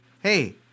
Hey